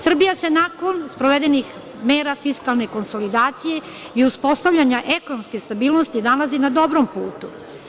Srbija se, nakon sprovedenih mera fiskalne konsolidacije i uspostavljanja ekonomske stabilnosti, nalazi na dobrom putu.